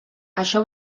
això